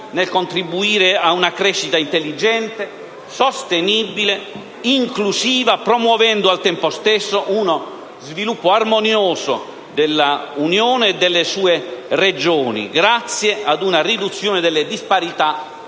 nel contribuire ad una crescita intelligente, sostenibile ed inclusiva, promuovendo al tempo stesso uno sviluppo armonioso dell'Unione e delle sue regioni grazie ad una riduzione delle disparità